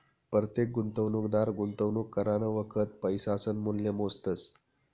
परतेक गुंतवणूकदार गुंतवणूक करानं वखत पैसासनं मूल्य मोजतस